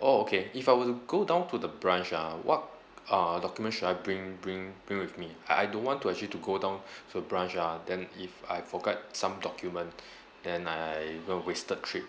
oh okay if I were to go down to the branch ah what uh documents should I bring bring bring with me I I don't want to actually to go down to branch ah then if I forget some document then I will waste the trip